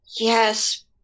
Yes